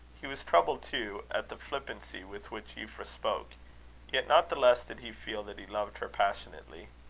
he was troubled, too, at the flippancy with which euphra spoke yet not the less did he feel that he loved her passionately.